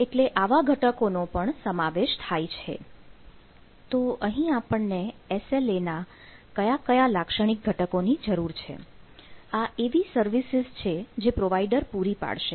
એટલે આવા ઘટકોનો પણ સમાવેશ થાય છે